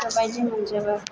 गोसो बाइदि मोनजोबो